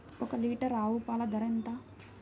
ఒక్క లీటర్ ఆవు పాల ధర ఎంత?